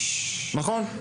נכון?